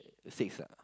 six ah